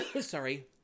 sorry